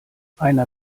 einer